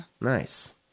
Nice